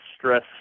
stress